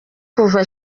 kuva